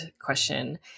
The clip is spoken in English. question